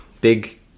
Big